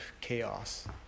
chaos